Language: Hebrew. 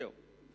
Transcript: א.